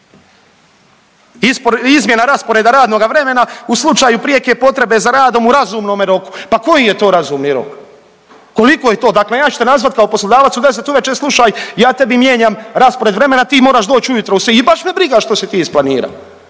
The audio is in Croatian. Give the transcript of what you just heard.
Izmjena rasporeda radnoga vremena u slučaju prijeke potrebe za radom u razumnome roku. Pa koji je to razumni rok? Koliko je to? Dakle ja ću te nazvat kao poslodavac u 10 uveče, slušaj, ja tebi mijenjam raspored vremena, ti moraš doć ujutro i baš me briga što si ti isplanira.